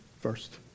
first